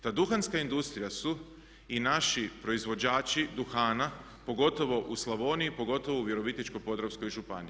Ta duhanska industrija su i naši proizvođači duhana, pogotovo u Slavoniji, pogotovo u Virovitičko-podravskoj županiji.